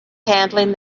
handling